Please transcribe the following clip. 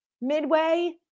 midway